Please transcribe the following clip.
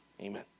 Amen